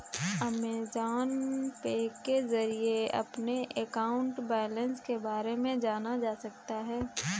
Amazon Pay के जरिए अपने अकाउंट बैलेंस के बारे में जाना जा सकता है